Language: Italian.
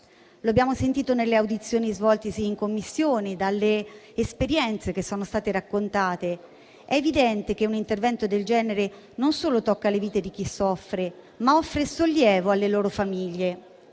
Lo abbiamo sentito nelle audizioni svolte in Commissione e dalle esperienze che sono state raccontate. È evidente che un intervento del genere non solo tocca le vite di chi soffre, ma offre sollievo alle famiglie.